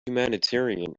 humanitarian